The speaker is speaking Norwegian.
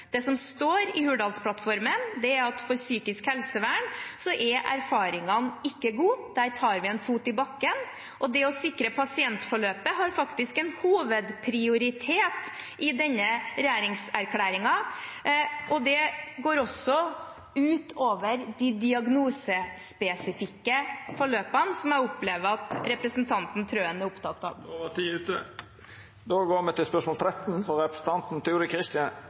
Det som står i Hurdalsplattformen er at for psykisk helsevern er erfaringene ikke gode. Der tar vi en fot i bakken. Og det å sikre pasientforløpet er faktisk en hovedprioritet i denne regjeringserklæringen, og det går også utover de diagnosespesifikke forløpene, som jeg opplever at representanten Trøen er opptatt av. Vi går tilbake til spørsmål 13. Dette spørsmålet, frå representanten